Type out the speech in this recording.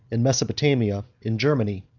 in mesopotamia, in germany,